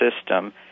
system